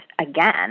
again